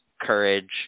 courage